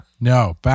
No